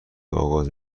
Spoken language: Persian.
آغاز